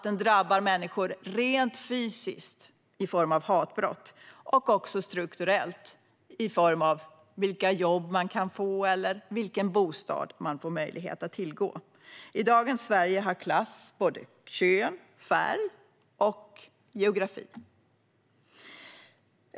Den drabbar människor rent fysiskt, i form av hatbrott, och även strukturellt, i form av vilka jobb man kan få eller vilken bostad man får tillgång till. I dagens Sverige har klass både kön, färg och geografi.